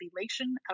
elation